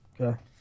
Okay